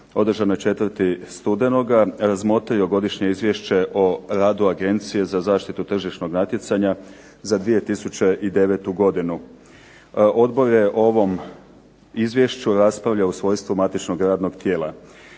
održanoj 4. studenoga razmotrio Godišnje izvješće o radu Agencije za zaštitu tržišnog natjecanja za 2009. godinu. Odbor je o ovom izvješću raspravljao u svojstvu matičnog radnog tijela.